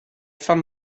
fan